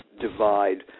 divide